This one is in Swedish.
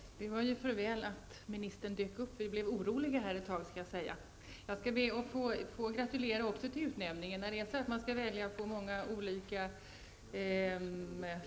I syfte att öka både tillgång och valfrihet kommer jag inom kort att föreslå regeringen att lägga fram ett förslag för riksdagen, som innebär att existerande hinder för fri etablering och fritt utnyttjande av olika former av barnomsorg tas bort.